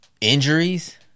injuries